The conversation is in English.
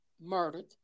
murdered